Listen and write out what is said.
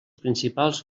principals